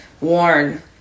worn